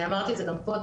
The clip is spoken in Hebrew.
שאמרתי את זה גם קודם,